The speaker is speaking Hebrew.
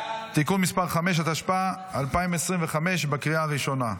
(תיקון מס' 5), התשפ"ה 2025, בקריאה הראשונה.